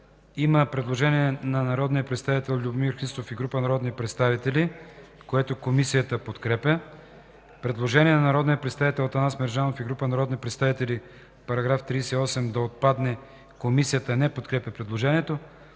Има предложение на народния представител Любомир Христов и група народни представители, което Комисията подкрепя. Предложение от народния представител Атанас Мерджанов и група народни представители –§ 38 да отпадне. Комисията не подкрепя предложението.